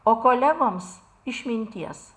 o kolegoms išminties